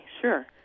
sure